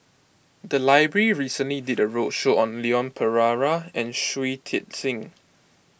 the library recently did a roadshow on Leon Perera and Shui Tit Sing